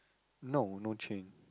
no no chain